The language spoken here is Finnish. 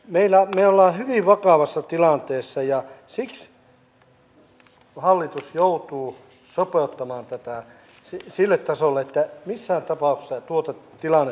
me olemme hyvin vakavassa tilanteessa ja siksi hallitus joutuu sopeuttamaan tätä sille tasolle että missään tapauksessa tuota tilannetta ei tule meidän eteemme